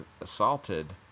assaulted